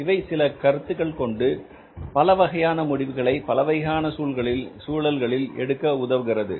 இவை சில கருத்துக்கள் கொண்டு பலவகையான முடிவுகளை பலவகையான சூழ்நிலைகளில் எடுக்க உதவுகிறது